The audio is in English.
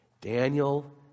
Daniel